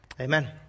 amen